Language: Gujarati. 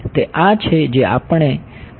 તે આ છે જે આપણને મદદ કરશે